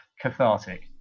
cathartic